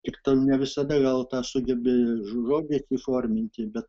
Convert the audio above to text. ir ten ne visada gal tą sugebi žodį apiforminti bet